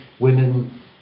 women